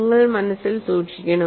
നിങ്ങൾ മനസ്സിൽ സൂക്ഷിക്കണം